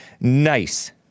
Nice